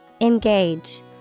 Engage